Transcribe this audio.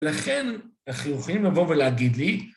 לכן אנחנו יכולים לבוא ולהגיד לי